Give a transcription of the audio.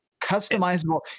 customizable